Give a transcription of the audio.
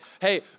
Hey